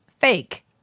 Fake